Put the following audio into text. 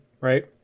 right